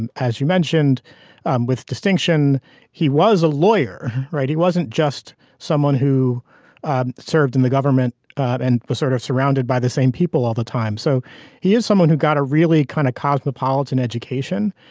and as you mentioned um with distinction he was a lawyer. he wasn't just someone who ah served in the government and was sort of surrounded by the same people all the time. so he is someone who got a really kind of cosmopolitan education.